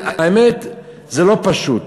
האמת, זה לא פשוט,